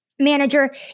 Manager